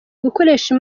gukoresha